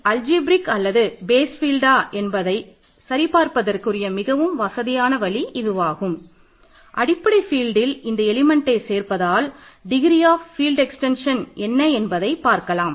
alpha என்ன என்பதைப் பார்க்கலாம்